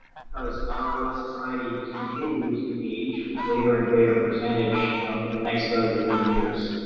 because our society just continues to age with greater and greater percentage for the next thirty, forty years.